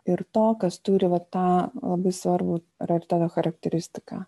ir to kas turi va tą labai svarbų ar ar tokią charakteristiką